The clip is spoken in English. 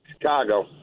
Chicago